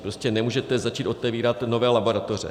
Prostě nemůžete začít otevírat nové laboratoře.